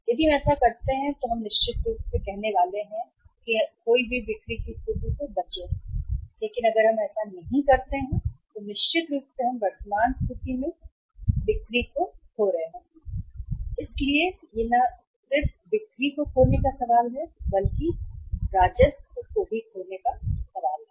यदि हम ऐसा करते हैं तो निश्चित रूप से हम कहने वाले हैं कि खोई हुई बिक्री की स्थिति से बचें लेकिन अगर हम ऐसा नहीं करते हैं तो निश्चित रूप से हम हैं वर्तमान स्थिति में और हम बिक्री खो रहे हैं इसलिए यह न केवल बिक्री खोने का सवाल है बल्कि राजस्व खोने का सवाल भी